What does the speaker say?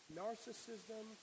narcissism